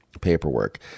paperwork